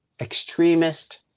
extremist